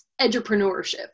entrepreneurship